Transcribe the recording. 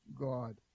God